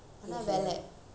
ah ரொம்ப விலை:romba vilai